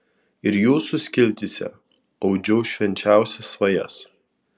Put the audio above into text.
ir jūsų skiltyse audžiau švenčiausias svajas